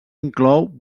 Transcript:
inclou